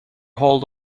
hold